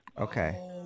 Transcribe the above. Okay